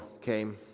came